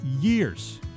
years